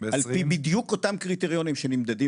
על פי בדיוק אותם קריטריונים שנמדדים